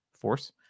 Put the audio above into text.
force